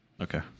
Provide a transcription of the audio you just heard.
Okay